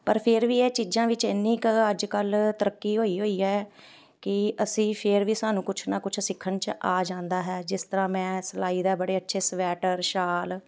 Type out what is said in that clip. ਪਰ ਫਿਰ ਵੀ ਇਹ ਚੀਜ਼ਾਂ ਵਿੱਚ ਇੰਨੀ ਕੁ ਅੱਜ ਕੱਲ੍ਹ ਤਰੱਕੀ ਹੋਈ ਹੋਈ ਹੈ ਕਿ ਅਸੀਂ ਫਿਰ ਵੀ ਸਾਨੂੰ ਕੁਛ ਨਾ ਕੁਛ ਸਿੱਖਣ 'ਚ ਆ ਜਾਂਦਾ ਹੈ ਜਿਸ ਤਰ੍ਹਾਂ ਮੈਂ ਸਿਲਾਈ ਦਾ ਬੜੇ ਅੱਛੇ ਸਵੈਟਰ ਸ਼ਾਲ